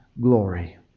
glory